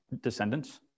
Descendants